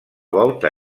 volta